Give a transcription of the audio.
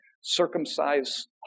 circumcised